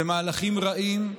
אלה מהלכים רעים,